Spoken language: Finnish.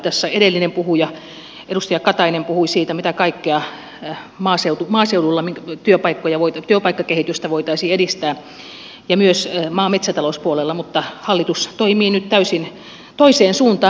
tässä edellinen puhuja edustaja katainen puhui siitä millä kaikilla tavoilla maaseudulla työpaikkakehitystä voitaisiin edistää ja myös maa ja metsätalouspuolella mutta hallitus toimii nyt täysin toiseen suuntaan